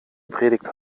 predigt